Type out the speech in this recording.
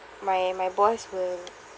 my my boss will